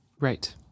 Right